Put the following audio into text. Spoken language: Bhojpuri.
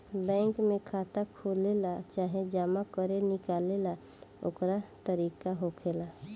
बैंक में खाता खोलेला चाहे जमा करे निकाले ला ओकर तरीका होखेला